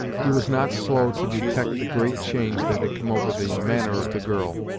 he was not slow to detect the great change that had come over the manner of the girl.